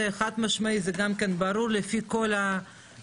זה חד משמעי, זה גם ברור לפי כל הנתונים.